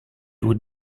would